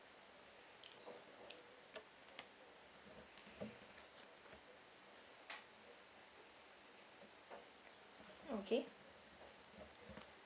okay